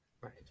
Right